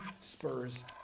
spurs